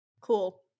Cool